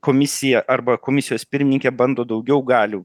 komisija arba komisijos pirmininkė bando daugiau galių